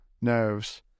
nerves